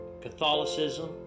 Catholicism